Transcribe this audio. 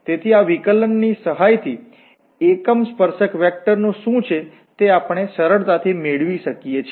તેથી આ વિકલન ની સહાયથી એકમ સ્પર્શક વેક્ટર શું છે તે આપણે સરળતાથી મેળવી શકીએ છીએ